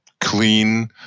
clean